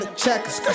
checkers